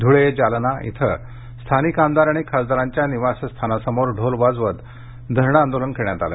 ध्रळे जालना इथं स्थानिक आमदार आणि खासदारांच्या निवासस्थानासमोर ढोल वाजवत धरणं आंदोलन करण्यात आलं